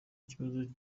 ikibazo